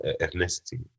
ethnicity